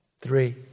Three